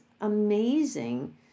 amazing